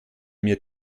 mir